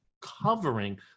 covering